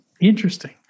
Interesting